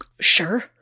sure